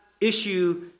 issue